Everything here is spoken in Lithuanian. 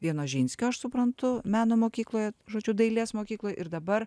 vienožinskio aš suprantu meno mokykloje žodžiu dailės mokykloj ir dabar